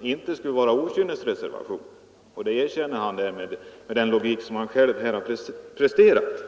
inte är några okynnesreservationer. Det erkänner ju herr Nordberg med den logik han här själv presterat.